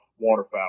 waterfowl